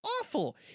awful